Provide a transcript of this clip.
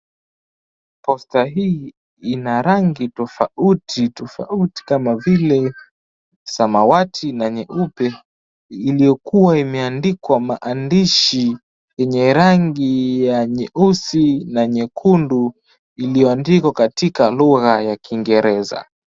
Posta hii ina rangi tofauti tofauti kama vile samawati na nyeupe, iliyokuwa imeandikwa maandishi yenye rangi ya nyeusi na nyekundu, iliyoandikwa katika lugha ya kiingereza.